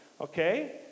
okay